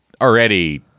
already